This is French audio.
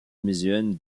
museum